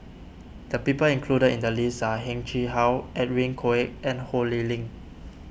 the people included in the list are Heng Chee How Edwin Koek and Ho Lee Ling